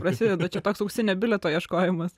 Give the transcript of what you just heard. prasideda čia toks auksinio bilieto ieškojimas